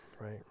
Right